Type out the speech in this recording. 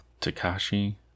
takashi